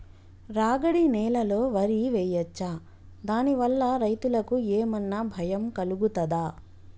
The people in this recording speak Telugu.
రాగడి నేలలో వరి వేయచ్చా దాని వల్ల రైతులకు ఏమన్నా భయం కలుగుతదా?